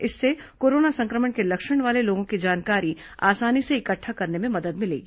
इससे कोरोना संक्र मण के लक्षण वाले लोगों की जानकारी आसानी से इकट्ठा करने में मदद मिलेगी